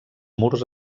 murs